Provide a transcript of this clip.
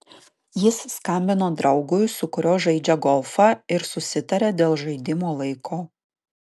jis skambino draugui su kuriuo žaidžia golfą ir susitarė dėl žaidimo laiko